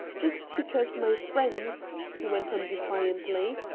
just because my friends, he went on defiantly,